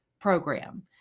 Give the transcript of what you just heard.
program